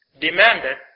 demanded